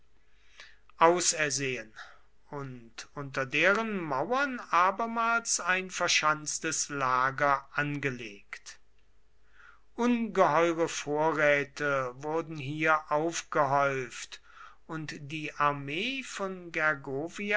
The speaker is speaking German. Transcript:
ausersehen und unter deren mauern abermals ein verschanztes lager angelegt ungeheure vorräte wurden hier aufgehäuft und die armee von